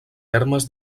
termes